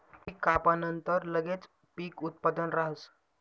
पीक कापानंतर लगेच पीक उत्पादन राहस